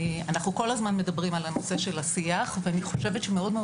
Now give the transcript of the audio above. אנחנו כל הזמן מדברים על הנושא של השיח ואני חושבת שמאוד מאוד